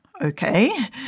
okay